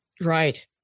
Right